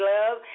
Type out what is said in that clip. Love